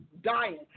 dying